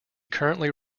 currently